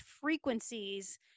frequencies